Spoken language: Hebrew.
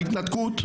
בהתנתקות,